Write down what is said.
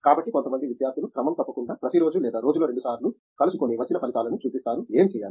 కాబట్టి కొంతమంది విద్యార్థూలు క్రమం తప్పకుండా ప్రతిరోజూ లేదా రోజులో రెండు సార్లు కలుసుకుని వచ్చిన ఫలితాలను చూపిస్తారు ఏమి చేయాలి